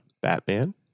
Batman